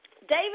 David